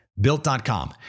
Built.com